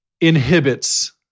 inhibits